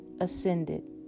ascended